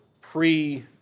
pre